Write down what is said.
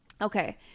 Okay